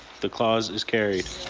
the clause is carried.